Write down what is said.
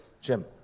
Jim